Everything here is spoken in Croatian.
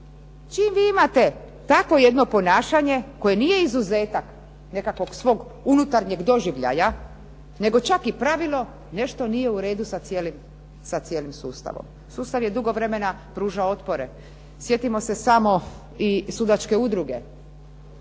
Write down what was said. Čim vi imate takvo jedno ponašanje koje nije izuzetak nekakvog svog unutarnjeg doživljaja nego čak i pravilo nešto nije u redu sa cijelim sustavom. Sustav je dugo vremena pružao otpore. Sjetimo se samo i sudačke udruge,